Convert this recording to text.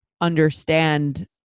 understand